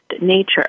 nature